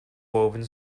woven